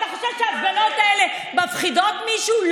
אתה חושב שההפגנות האלה מפחידות מישהו?